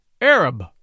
Arab